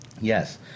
yes